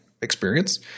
experience